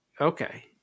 Okay